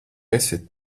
esi